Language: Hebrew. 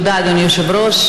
תודה, אדוני היושב-ראש.